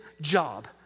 job